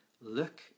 look